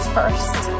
first